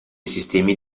sistemi